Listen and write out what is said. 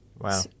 Wow